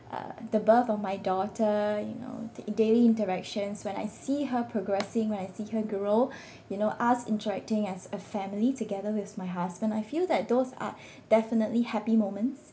(uh)the birth of my daughter you know the daily interactions when I see her progressing when I see her grow you know us interacting as a family together with my husband I feel that those are definitely happy moments